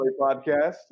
podcast